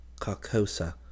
Carcosa